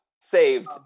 Saved